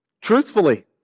Truthfully